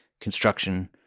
construction